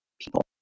people